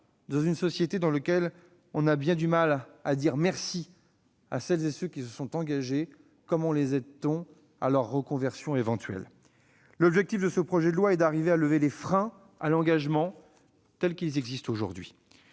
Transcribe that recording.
dans une société dans laquelle nous avons bien du mal à dire merci à celles et ceux qui se sont engagés, comment les accompagner dans leur reconversion éventuelle ? L'objectif de ce projet de loi est de parvenir à lever les freins à l'engagement qui existent aujourd'hui.